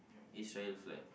Israel flag